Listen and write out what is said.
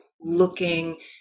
looking